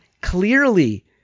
clearly